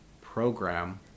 program